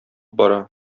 бара